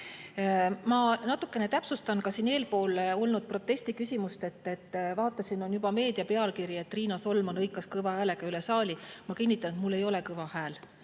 natuke täpsustan ka seda eespool olnud protestiküsimust. Vaatasin, on juba meedias pealkiri, et Riina Solman hõikas kõva häälega üle saali. Ma kinnitan, et mul ei ole kõva hääl,